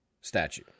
statue